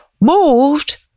Moved